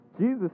Jesus